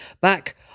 Back